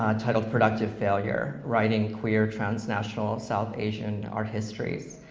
ah titled productive failure writing queer transnational south asian art histories.